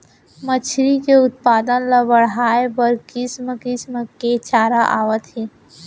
मछरी के उत्पादन ल बड़हाए बर किसम किसम के चारा आवत हे